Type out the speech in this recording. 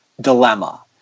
dilemma